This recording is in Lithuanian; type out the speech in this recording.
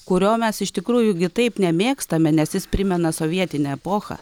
kurio mes iš tikrųjų gi taip nemėgstame nes jis primena sovietinę epochą